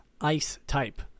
Ice-type